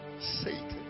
Satan